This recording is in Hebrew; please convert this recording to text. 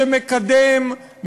שמקדם,